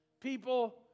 people